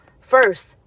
first